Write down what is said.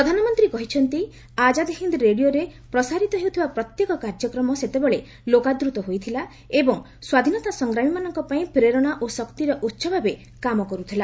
ପ୍ରଧାନମନ୍ତ୍ରୀ କହିଛନ୍ତି ଆଜାଦ୍ ହିନ୍ଦ୍ ରେଡ଼ିଓରେ ପ୍ରସାରିତ ହେଉଥିବା ପ୍ରତ୍ୟେକ କାର୍ଯ୍ୟକ୍ରମ ସେତେବେଳେ ଲୋକାଦୃତ ହୋଇଥିଲା ଏବଂ ସ୍ୱାଧୀନତା ସଂଗ୍ରାମୀମାନଙ୍କ ପାଇଁ ପ୍ରେରଣା ଓ ଶକ୍ତିର ଉତ୍ସ ଭାବେ କାମ କର୍ଥିଲା